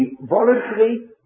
voluntary